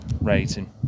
rating